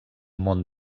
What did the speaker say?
món